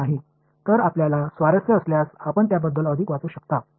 எனவே நீங்கள் ஆர்வமாக இருந்தால் அதைப் பற்றி மேலும் படிக்கலாம்